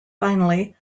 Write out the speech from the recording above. finally